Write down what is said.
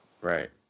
Right